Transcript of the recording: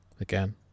again